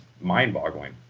mind-boggling